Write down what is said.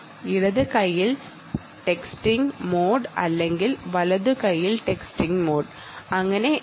ഇടത് കൈയിൽ texting mode അല്ലെങ്കിൽ വലതു കൈയിൽ ടെക്സ്റ്റിംഗ് മോഡിന് കഴിയുമോ